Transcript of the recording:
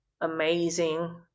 amazing